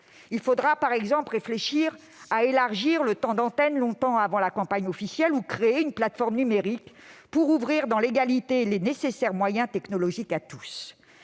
Il faudra par exemple réfléchir à élargir le temps d'antenne longtemps avant la campagne officielle ou à créer une plateforme numérique pour ouvrir dans l'égalité les nécessaires moyens technologiques à tous.